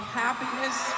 happiness